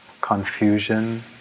confusion